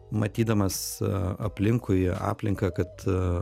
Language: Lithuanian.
matydamas aplinkui aplinką kad